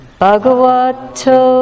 Bhagavato